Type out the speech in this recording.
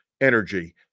energy